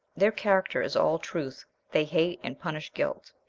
their character is all truth they hate and punish guilt.